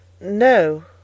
No